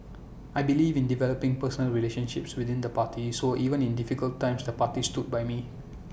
I believe in developing personal relationships within the party so even in difficult times the party stood by me